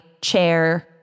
chair